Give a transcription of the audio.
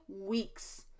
weeks